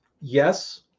Yes